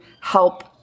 help